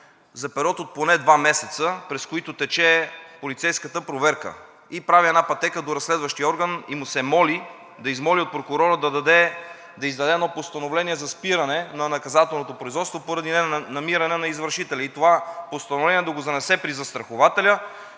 за период от поне два месеца, през които тече полицейската проверка. И прави една пътека до разследващия орган, и му се моли да измоли от прокурора да издаде едно постановление за спиране на наказателното производство поради ненамиране на извършителя. Това постановление да го занесе при застрахователя,